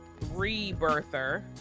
rebirther